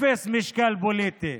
אפס משקל פוליטי,